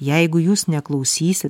jeigu jūs neklausysit